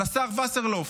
של השר וסרלאוף,